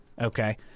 Okay